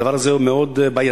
הדבר הזה הוא מאוד בעייתי,